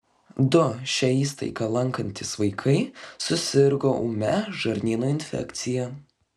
du šią įstaigą lankantys vaikai susirgo ūmia žarnyno infekcija